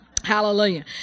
Hallelujah